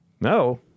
No